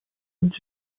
ujya